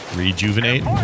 rejuvenate